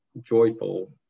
joyful